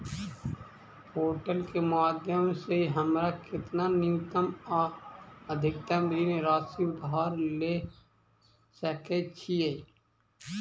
Portal केँ माध्यम सऽ हमरा केतना न्यूनतम आ अधिकतम ऋण राशि उधार ले सकै छीयै?